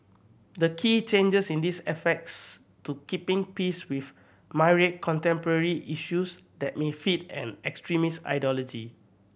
the key changes in these affects to keeping pace with myriad contemporary issues that may feed an extremist ideology